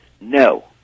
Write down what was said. no